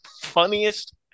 funniest